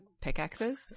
pickaxes